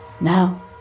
Now